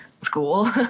school